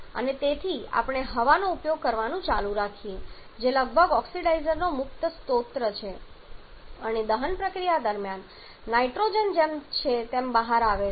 અને તેથી આપણે હવાનો ઉપયોગ કરવાનું ચાલુ રાખીએ છીએ જે લગભગ ઓક્સિડાઇઝરનો મુક્ત સ્ત્રોત છે અને દહન પ્રક્રિયા દરમિયાન નાઇટ્રોજન જેમ છે તેમ બહાર આવે છે